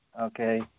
okay